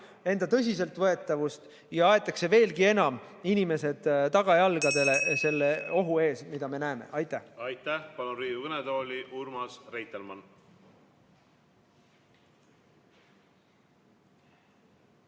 enda tõsiseltvõetavust ja aetakse veelgi enam inimesed tagajalgadele selle ohu ees, mida me näeme. Aitäh! Aitäh! Palun Riigikogu kõnetooli Urmas Reitelmanni.